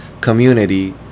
community